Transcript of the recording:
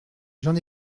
j’en